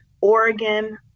Oregon